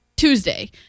Tuesday